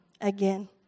again